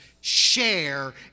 share